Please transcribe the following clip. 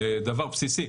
זה דבר בסיסי,